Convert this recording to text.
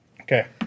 Okay